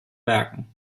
werken